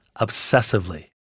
obsessively